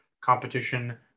competition